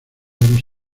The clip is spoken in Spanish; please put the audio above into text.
daros